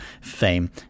fame